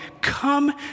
Come